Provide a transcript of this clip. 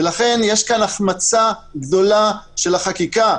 ולכן יש כאן החמצה גדולה של החקיקה.